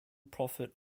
profit